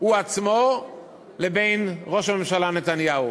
הוא עצמו לבין ראש הממשלה נתניהו,